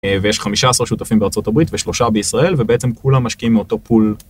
ויש חמישה עשר שותפים בארה״ב ושלושה בישראל ובעצם כולם משקיעים מאותו פול.